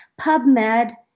PubMed